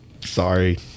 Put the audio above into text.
Sorry